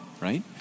right